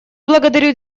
благодарю